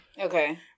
Okay